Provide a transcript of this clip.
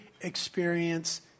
experience